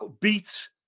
beat